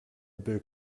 book